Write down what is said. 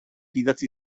idatzi